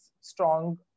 strong